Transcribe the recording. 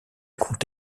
compte